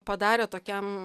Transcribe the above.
padarė tokiam